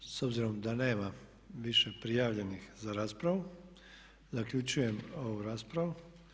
S obzirom da nema više prijavljenih za raspravu, zaključujem ovu raspravu.